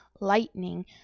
lightning